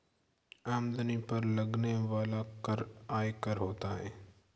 आमदनी पर लगने वाला कर आयकर होता है